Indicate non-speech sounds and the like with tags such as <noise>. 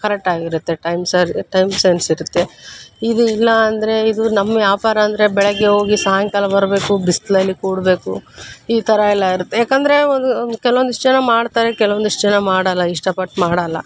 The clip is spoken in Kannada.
ಕರೆಕ್ಟಾಗಿರುತ್ತೆ ಟೈಮ್ ಸರ್ ಟೈಮ್ ಸೆನ್ಸ್ ಇರುತ್ತೆ ಇದು ಇಲ್ಲ ಅಂದರೆ ಇದು ನಮ್ಮ ವ್ಯಾಪಾರ ಅಂದರೆ ಬೆಳಗ್ಗೆ ಹೋಗಿ ಸಾಯಂಕಾಲ ಬರಬೇಕು ಬಿಸಿಲಲ್ಲಿ ಕೂಡಬೇಕು ಈ ಥರ ಎಲ್ಲ ಇರುತ್ತೆ ಯಾಕಂದರೆ <unintelligible> ಕೆಲ್ವೊಂದಿಷ್ಟು ಜನ ಮಾಡ್ತಾರೆ ಕೆಲ್ವೊಂದಿಷ್ಟು ಜನ ಮಾಡೋಲ್ಲ ಇಷ್ಟಪಟ್ಟು ಮಾಡೋಲ್ಲ